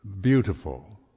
beautiful